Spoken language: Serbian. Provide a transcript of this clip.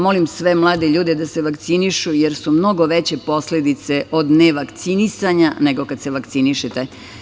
Molim sve mlade ljude da se vakcinišu jer su mnogo veće posledice od ne vakcinisanja nego kad se vakcinišete.